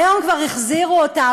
היום כבר החזירו אותה,